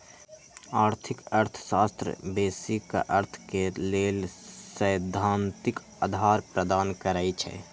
आर्थिक अर्थशास्त्र बेशी क अर्थ के लेल सैद्धांतिक अधार प्रदान करई छै